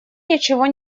ничего